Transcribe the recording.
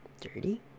dirty